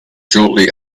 shortly